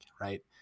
right